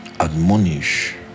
admonish